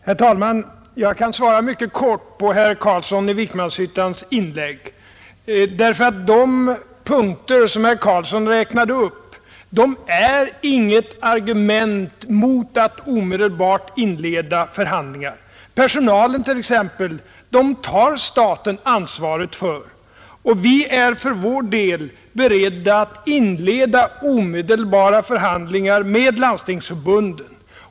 Herr talman! Jag kan svara herr Carlsson i Vikmanshyttan mycket kort, därför att de punkter som herr Carlsson räknade upp är inget argument mot att omedelbart inleda förhandlingar. Personalen t.ex. tar staten ansvaret för, och vi är för vår del beredda att inleda omedelbara förhandlingar med Landstingsförbundet.